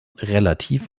relativ